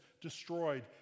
destroyed